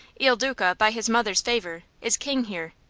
il duca, by his mother's favor, is king here.